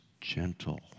gentle